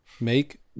Make